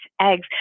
eggs